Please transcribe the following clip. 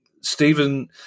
Stephen